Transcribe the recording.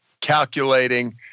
calculating